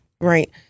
Right